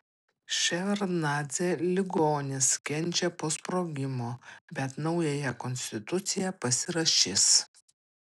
ševardnadzė ligonis kenčia po sprogimo bet naująją konstituciją pasirašys